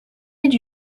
aînée